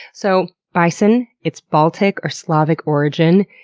so bison, it's baltic or slavic origin,